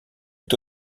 est